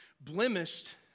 blemished